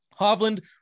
Hovland